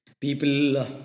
people